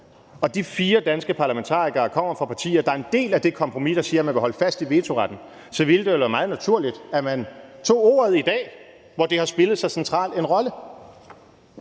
og de fire danske parlamentarikere kommer fra partier, der er en del af det kompromis, der siger, at man vil holde fast i vetoretten, ville det vel være meget naturligt, at man tog ordet i dag, hvor det har spillet så central en rolle.